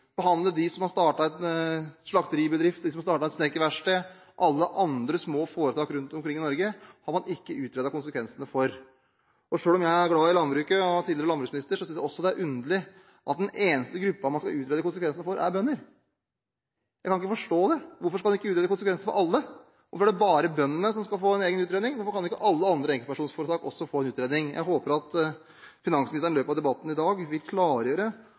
behandle enkeltpersonforetak på som er veldig underlig. Man har ikke sett på konsekvensene for dem som f.eks. har investert i næringseiendom, og som skal overdra den til sine barn, hvordan det rammer dem, og man har ikke utredet konsekvensene for dem som har startet en slakteribedrift eller et snekkerverksted – og alle andre små foretak rundt omkring i Norge. Selv om jeg er glad i landbruket og er tidligere landbruksminister, synes jeg også det er underlig at den eneste gruppen man skal utrede konsekvensen for, er bønder. Jeg kan ikke forstå det. Hvorfor skal en ikke utrede konsekvensen for alle? Hvorfor er det bare bøndene som skal få en egen utredning?